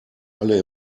alle